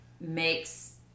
makes